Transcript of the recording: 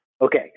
Okay